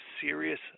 serious